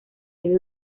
debe